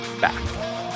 back